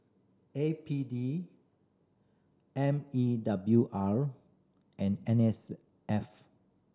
A P D M E W R and N S F